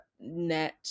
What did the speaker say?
net